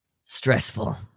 Stressful